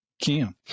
Kim